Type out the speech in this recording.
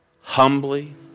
humbly